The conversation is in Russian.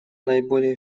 наиболее